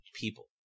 people